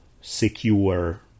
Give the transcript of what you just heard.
secure